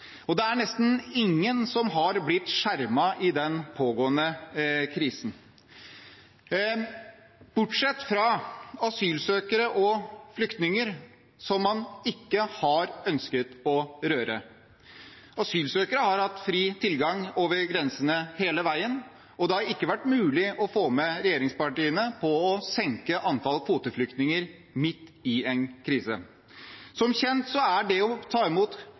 Det er nesten ingen som er blitt skjermet i den pågående krisen – bortsett fra asylsøkere og flyktninger, som man ikke har ønsket å røre. Asylsøkere har hatt fri tilgang over grensene hele veien, og det har ikke vært mulig å få med regjeringspartiene på å senke antall kvoteflyktninger midt i en krise. Som kjent er det å ta imot